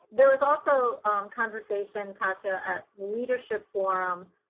there was also conversation, katia, at leadership forum,